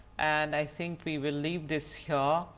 and i think we will leave this here,